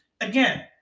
again